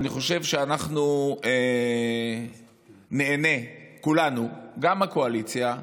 אני חושב שאנחנו נהנה כולנו, גם הקואליציה,